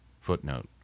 Footnote